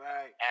Right